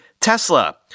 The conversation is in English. Tesla